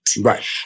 Right